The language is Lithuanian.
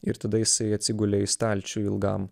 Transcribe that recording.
ir tada jisai atsigulė į stalčių ilgam